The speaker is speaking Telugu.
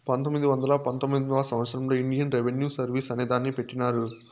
పంతొమ్మిది వందల పంతొమ్మిదివ సంవచ్చరంలో ఇండియన్ రెవిన్యూ సర్వీస్ అనే దాన్ని పెట్టినారు